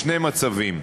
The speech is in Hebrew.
בשני מצבים: